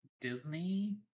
Disney